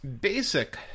basic